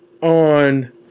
on